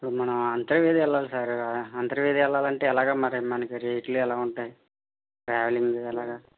అంటే ఇప్పుడు మనం అంతర్వేది వెళ్ళాలి సార్ అంతర్వేది వెళ్లాలంటే ఎలాగా మరి మనకి రేట్లు ఎలా ఉంటాయి ట్రావెలింగ్ ఎలాగా